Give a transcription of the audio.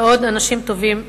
ושל אנשים טובים נוספים.